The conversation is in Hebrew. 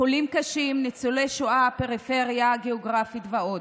חולים קשים, ניצולי שואה, פריפריה גיאוגרפית ועוד.